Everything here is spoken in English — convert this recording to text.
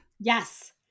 Yes